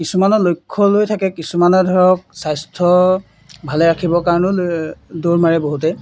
কিছুমানৰ লক্ষ্য লৈ থাকে কিছুমানে ধৰক স্বাস্থ্য ভালে ৰাখিবৰ কাৰণেও লৈ দৌৰ মাৰে বহুতে